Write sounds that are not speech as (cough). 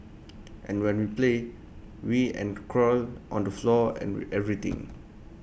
and when we play we and crawl on the floor and (unintelligible) everything